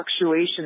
fluctuation